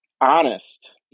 honest